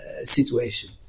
situation